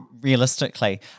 realistically